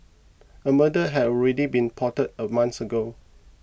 a murder had already been plotted a month ago